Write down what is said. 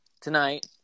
tonight